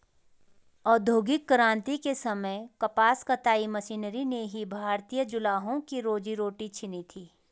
औद्योगिक क्रांति के समय कपास कताई मशीनरी ने ही भारतीय जुलाहों की रोजी रोटी छिनी थी